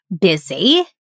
busy